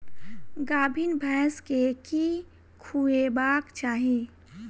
गाभीन भैंस केँ की खुएबाक चाहि?